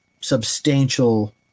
substantial